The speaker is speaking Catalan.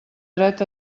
dret